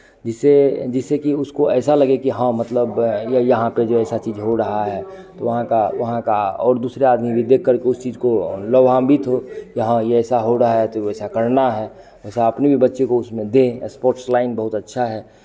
जिससे जिससे कि उसको ऐसा लगे कि हाँ मतलब ये यहाँ पे ये ऐसा चीज़ हो रहा है तो वहाँ का वहाँ का और दूसरा आदमी भी देखकर उस चीज़ को लाभान्वित हो कि हाँ ये ऐसा हो रहा है तो ऐसा करना है ऐसा अपने भी बच्चे को उसमें दें स्पोर्ट्स लाइन बहुत अच्छा है